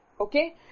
Okay